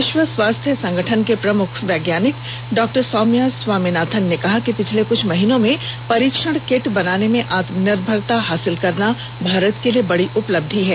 विश्व स्वास्थ्य संगठन में प्रमुख वैज्ञानिक डॉक्टर सौम्या स्वामीनाथन ने कहा कि पिछले क्छ महीनों में परीक्षण किट बनाने में आत्मनिर्भरता हासिल करना भारत के लिए बड़ी उपलब्धि है